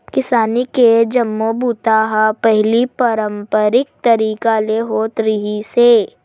किसानी के जम्मो बूता ह पहिली पारंपरिक तरीका ले होत रिहिस हे